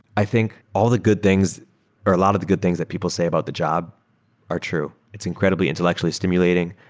i think all the good things or a lot of the good things that people say about the job are true. it's incredibly intellectually stimulating.